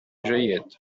جيد